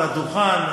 על הדוכן,